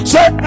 Say